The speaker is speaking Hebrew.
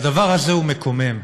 והדבר הזה הוא מקומם.